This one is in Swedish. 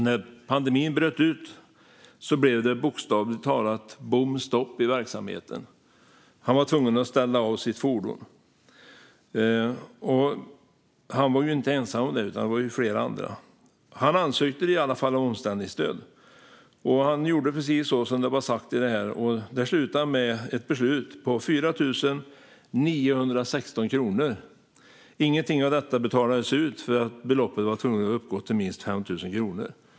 När pandemin bröt ut blev det bokstavligt talat bom stopp i verksamheten. Han blev tvungen att ställa av sitt fordon. Det var han inte ensam om, utan det gäller flera andra. Han ansökte om omställningsstöd och gjorde precis som det var sagt. Det slutade med ett beslut om 4 916 kronor. Inget av det betalades ut då beloppet måste uppgå till minst 5 000 kronor.